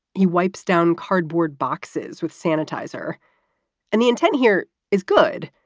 he wipes down cardboard boxes with sanitizer and the intent here is good.